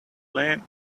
plan